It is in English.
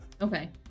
okay